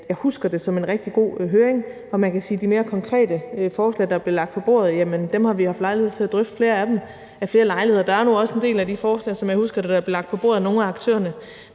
jeg husker det som en rigtig god høring, og man kan sige, at flere af de mere konkrete forslag, der blev lagt på bordet, har vi haft lejlighed til at drøfte ved flere lejligheder. Som jeg husker det, er der nu også en del af de forslag, der blev lagt på bordet af nogle af aktørerne